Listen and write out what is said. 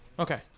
Okay